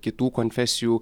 kitų konfesijų